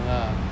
sama ah